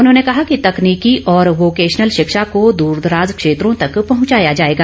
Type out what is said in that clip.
उन्होंने कहा कि तकनीकी व वोकेशनल शिक्षा को दूरदराज क्षेत्रों तक पहुंचाया जाएगा